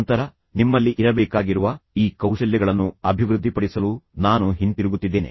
ನಂತರ ನಿಮ್ಮಲ್ಲಿ ಇರಬೇಕಾಗಿರುವ ಈ ಕೌಶಲ್ಯಗಳನ್ನು ಅಭಿವೃದ್ಧಿಪಡಿಸಲು ನಾನು ಹಿಂತಿರುಗುತ್ತಿದ್ದೇನೆ